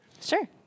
Sure